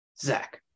Zach